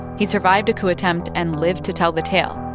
he survived a coup attempt and lived to tell the tale.